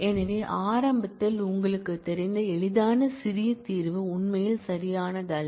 எனவே ஆரம்பத்தில் உங்களுக்குத் தெரிந்த எளிதான சிறிய தீர்வு உண்மையில் சரியானதல்ல